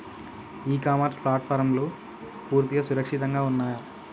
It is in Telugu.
ఇ కామర్స్ ప్లాట్ఫారమ్లు పూర్తిగా సురక్షితంగా ఉన్నయా?